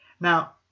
Now